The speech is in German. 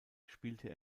spielte